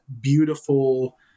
beautiful